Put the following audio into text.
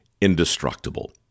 indestructible